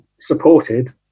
supported